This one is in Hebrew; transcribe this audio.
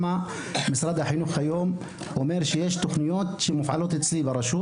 למה משרד החינוך אומר שיש תוכניות שמופעלות אצלי ברשות